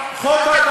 משכורת.